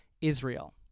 Israel